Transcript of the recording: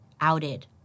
outed